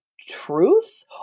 truth